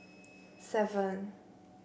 seven